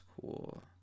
cool